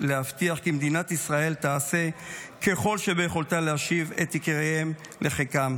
להבטיח כי מדינת ישראל תעשה כל שביכולתה להשיב את יקיריהם לחיקם.